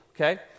okay